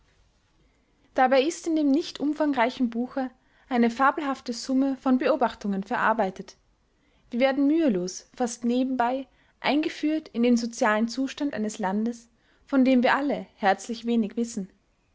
dabei ist in dem nicht umfangreichen buche eine fabelhafte summe von beobachtungen verarbeitet wir werden mühelos fast nebenbei eingeführt in den sozialen zustand eines landes von dem wir alle herzlich wenig wissen